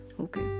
Okay